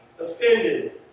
offended